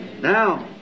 Now